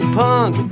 punk